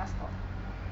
bus stop